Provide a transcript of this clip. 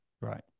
Right